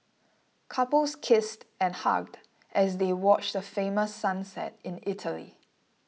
couples kissed and hugged as they watch the famous sunset in Italy